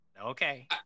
Okay